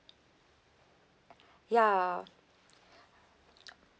ya